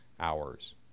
hours